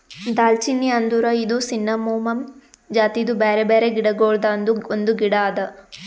ದಾಲ್ಚಿನ್ನಿ ಅಂದುರ್ ಇದು ಸಿನ್ನಮೋಮಮ್ ಜಾತಿದು ಬ್ಯಾರೆ ಬ್ಯಾರೆ ಗಿಡ ಗೊಳ್ದಾಂದು ಒಂದು ಗಿಡ ಅದಾ